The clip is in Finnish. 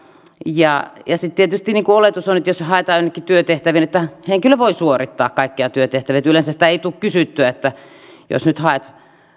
ja tietysti oletus on jos haetaan jonnekin työtehtäviin että henkilö voi suorittaa kaikkia työtehtäviä yleensä sitä ei tule kysyttyä jos nyt haet